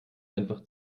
einfach